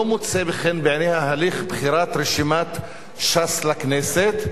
לא מוצא חן בעיניה הליך בחירת רשימת ש"ס לכנסת,